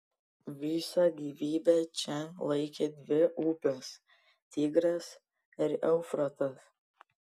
visą gyvybę čia laikė dvi upės tigras ir eufratas